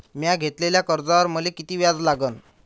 म्या घेतलेल्या कर्जावर मले किती व्याज लागन?